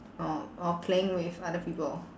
or or playing with other people